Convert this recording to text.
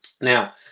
Now